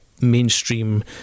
mainstream